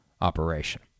Operation